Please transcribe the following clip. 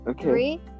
Three